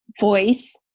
voice